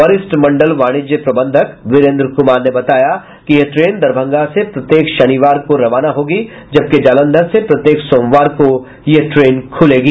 वरिष्ठ मंडल वाणिज्य प्रबंधक वीरेंद्र कुमार ने बताया कि यह ट्रेन दरभंगा से प्रत्येक शनिवार को रवाना होगी जबकि जालंधर से प्रत्येक सोमवार को यह ट्रेन खुलेगी